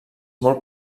molt